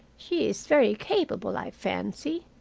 she is very capable, i fancy.